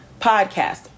podcast